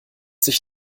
sich